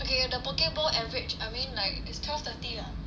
okay the poke bowl average I mean like it's twelve thirty lah